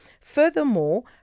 Furthermore